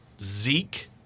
Zeke